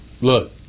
look